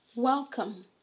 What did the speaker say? Welcome